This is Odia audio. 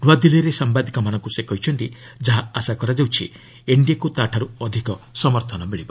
ନ୍ତଆଦିଲ୍ଲୀରେ ସାମ୍ବାଦିକମାନଙ୍କୁ ସେ କହିଛନ୍ତି ଯାହା ଆଶା କରାଯାଉଛି ଏନ୍ଡିଏକୁ ତା'ଠାର୍ଚ୍ଚ ଅଧିକ ସମର୍ଥନ ମିଳିବ